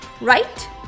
right